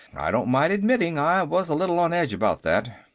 i don't mind admitting, i was a little on edge about that.